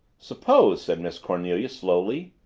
suppose, said miss cornelia slowly,